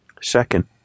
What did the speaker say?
Second